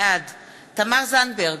בעד תמר זנדברג,